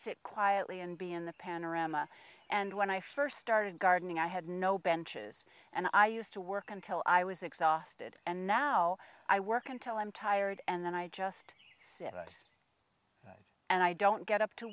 sit quietly and be in the panorama and when i first started gardening i had no benches and i used to work until i was exhausted and now i work until i'm tired and then i just sit and i don't get up to